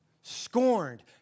Scorned